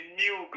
new